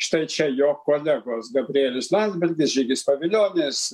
štai čia jo kolegos gabrielius landsbergis žygis pavilionis